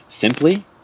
simply